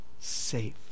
safe